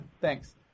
Thanks